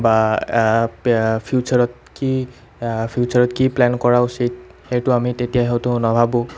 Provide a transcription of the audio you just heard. বা ফিউচাৰত কি ফিউচাৰত কি প্লেন কৰা উচিত সেইটো আমি তেতিয়া হয়তো নাভাবোঁ